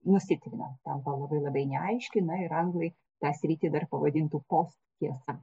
nusitrina tampa labai labai neaiški na ir anglai tą sritį dar pavadintų post tiesa